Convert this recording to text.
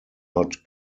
not